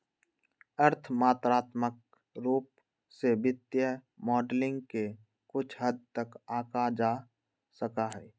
अर्थ मात्रात्मक रूप से वित्तीय मॉडलिंग के कुछ हद तक आंका जा सका हई